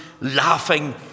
laughing